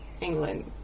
England